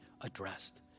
addressed